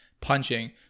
punching